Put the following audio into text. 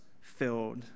filled